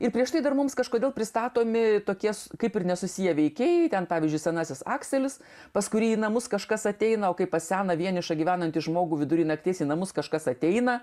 ir prieš tai dar mums kažkodėl pristatomi tokie kaip ir nesusiję veikėjai ten pavyzdžiui senasis akselis pas kurį į namus kažkas ateina o kaip pas seną vienišą gyvenantį žmogų vidury nakties į namus kažkas ateina